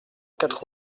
quatre